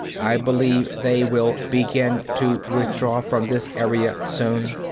i believe they will begin to withdraw from this area, soon.